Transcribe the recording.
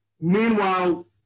Meanwhile